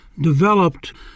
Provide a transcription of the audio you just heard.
developed